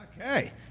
Okay